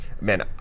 man